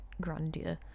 grandeur